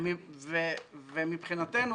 ומבחינתנו,